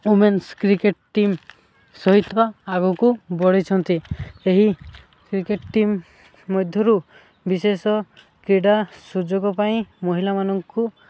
women's cricket team ସହିତ ଆଗକୁ ବଢ଼ିଛନ୍ତି ଏହି କ୍ରିକେଟ ଟିମ୍ ମଧ୍ୟରୁ ବିଶେଷ କ୍ରୀଡ଼ା ସୁଯୋଗ ପାଇଁ ମହିଲାମାନଙ୍କୁ